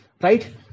right